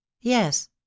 Yes